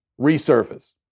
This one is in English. resurface